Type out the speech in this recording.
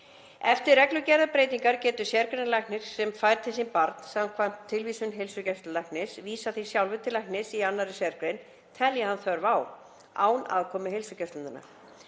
Eftir reglugerðarbreytingar getur sérgreinalæknir sem fær til sín barn samkvæmt tilvísun heilsugæslulæknis vísað því sjálfur til læknis í annarri sérgrein telji hann þörf á, án aðkomu heilsugæslunnar.